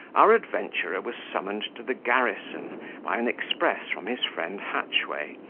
our adventurer was summoned to the garrison by an express from his friend hatchway,